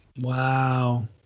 Wow